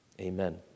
Amen